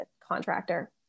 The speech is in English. contractor